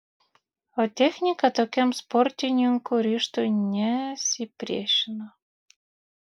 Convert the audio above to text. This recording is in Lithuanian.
o technika tokiam sportininkų ryžtui nesipriešino